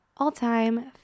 all-time